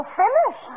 finish